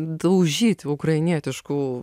daužyti ukrainietiškų